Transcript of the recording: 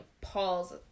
Paul's